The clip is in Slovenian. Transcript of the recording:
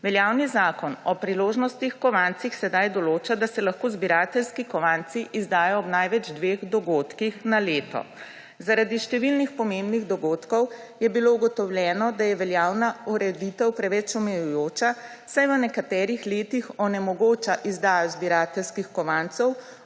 Veljavni Zakon o priložnostnih kovancih zdaj določa, da se lahko zbirateljski kovanci izdajo ob največ dveh dogodkih na leto. Zaradi številnih pomembnih dogodkov je bilo ugotovljeno, da je veljavna ureditev preveč omejujoča, saj v nekaterih letih onemogoča izdajo zbirateljskih kovancev